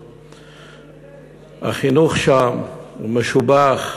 החינוך שם הוא משובח,